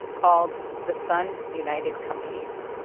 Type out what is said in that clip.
called the sun united companies.